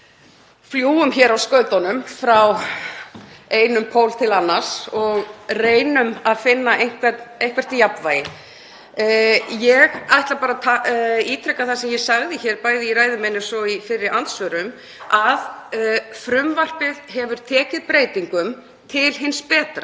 við fljúgum skauta á milli, frá einum pól til annars, og reynum að finna eitthvert jafnvægi. Ég ætla bara að ítreka það sem ég sagði hér, bæði í ræðu minni og fyrri andsvörum, að frumvarpið hefur tekið breytingum til hins betra.